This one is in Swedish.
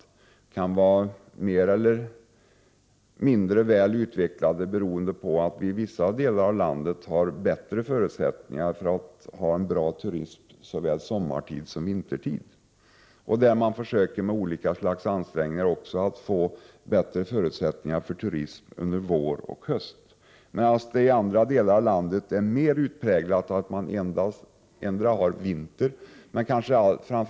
De kan vara mer eller mindre väl utvecklade, beroende på att vi i vissa delar av landet har bättre förutsättningar för bra turism såväl sommartid som vintertid och att man där också med olika slags ansträngningar försöker få bättre förutsättningar för turism under vår och höst. I andra delar av landet är det mer utpräglat att man har endera vintereller sommarturism.